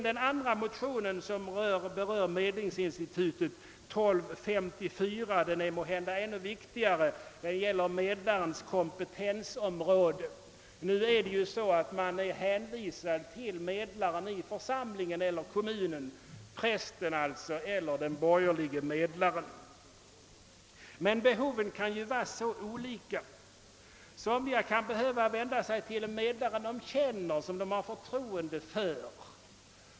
De andra motionerna som berör medlingsinstitutet, 1:983 och II: 1254, är måhända ännu viktigare; de gäller medlarens kompetensområde. Nu är man hänvisad till medlaren i församlingen eller kommunen — alltså prästen eller den borgerlige medlaren. Men behoven kan vara så olika. Somliga kan behöva vända sig till en medlare som de känner och har förtroende för.